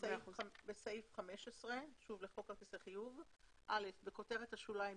בסעיף 15 - בכותרת השוליים,